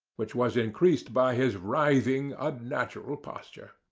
which was increased by his writhing, unnatural posture.